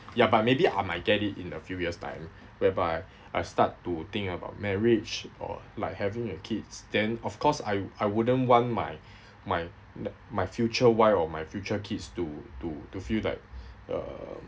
ya but maybe I might get it in a few years time whereby I start to think about marriage or like having a kids then of course I I wouldn't want my my my future wife or my future kids to to to feel like that uh